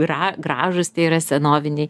gra gražūs tie yra senoviniai